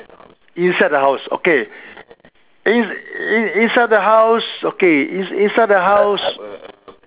inside the house okay in in inside the house okay in inside the house